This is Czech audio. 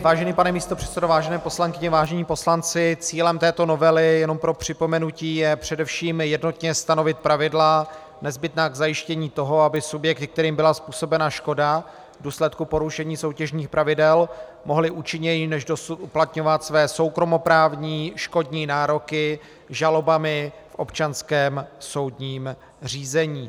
Vážený pane místopředsedo, vážené poslankyně, vážení poslanci, cílem této novely jenom pro připomenutí je především jednotně stanovit pravidla, nezbytná k zajištění toho, aby subjekty, kterým byla způsobena škoda v důsledku porušení soutěžních pravidel, mohly účinněji než dosud uplatňovat své soukromoprávní škodní nároky žalobami v občanském soudním řízení.